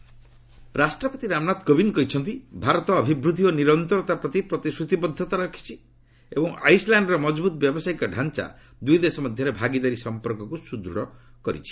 ପ୍ରେଜ୍ ଭିଜିଟ୍ ରାଷ୍ଟ୍ରପତି ରାମନାଥ କୋବିନ୍ଦ କହିଛନ୍ତି ଭାରତ ଅଭିବୃଦ୍ଧି ଓ ନିରନ୍ତରତା ପ୍ରତି ପ୍ରତିଶ୍ରତିବଦ୍ଧତା ଏବଂ ଆଇସ୍ଲ୍ୟାଣ୍ଡର ମଜବୁତ୍ ବ୍ୟାବସାୟିକ ଢାଞ୍ଚା ଦୁଇ ଦେଶ ମଧ୍ୟରେ ଭାଗିଦାରୀ ସମ୍ପର୍କକୁ ସୁଦୃତ୍ କରିଛି